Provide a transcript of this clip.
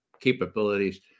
capabilities